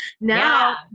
Now